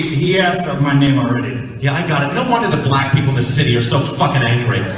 he asked of my name already yeah, i got it no wonder the black people in this city are so fucking angry